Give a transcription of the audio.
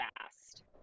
fast